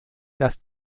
dass